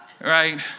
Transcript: right